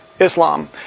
Islam